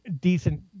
decent